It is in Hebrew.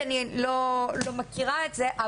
כי אני לא מכירה את זה.